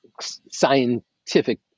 scientific